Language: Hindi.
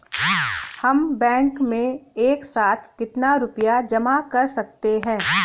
हम बैंक में एक साथ कितना रुपया जमा कर सकते हैं?